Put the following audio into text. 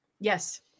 Yes